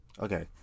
okay